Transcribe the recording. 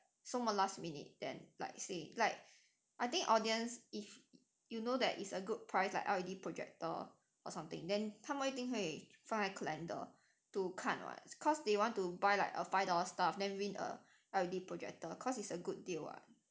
so last minute then like say like I think audience if you know that it's a good price like L_E_D projector or something then 他们一定会放在 calendar to 看 [what] cause they want to buy like a five dollar stuff then win a L_E_D projector cause it's a good deal [what]